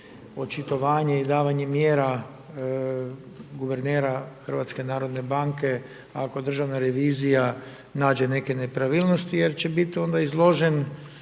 očitavanje i davanje mjera guvernera HNB-a ako Državna revizija nađe neke nepravilnosti, jer će biti onda izložen,